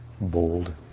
bold